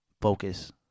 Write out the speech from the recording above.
focus